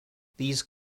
these